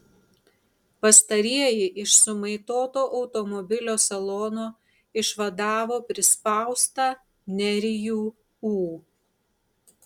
pastarieji iš sumaitoto automobilio salono išvadavo prispaustą nerijų ū